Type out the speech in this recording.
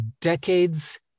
decades